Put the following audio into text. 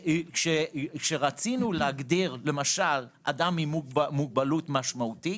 כשרצינו להגדיר למשל אדם עם מוגבלות משמעותית,